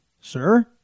sir